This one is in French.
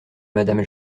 madame